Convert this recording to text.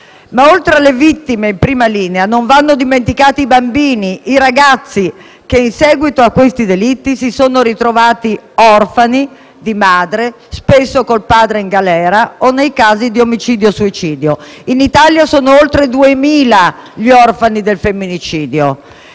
Oltre alle vittime, in prima linea non vanno dimenticati i bambini e i ragazzi, che in seguito a questi delitti si sono ritrovati orfani di madre, spesso col padre in galera, o di entrambi i genitori, nei casi di omicidio-suicidio. In Italia sono oltre 2.000 gli orfani del femminicidio.